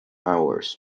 hours